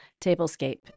tablescape